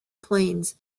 planes